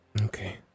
Okay